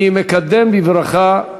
אני מקדם בברכה,